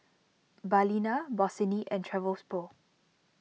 Balina Bossini and Travelpro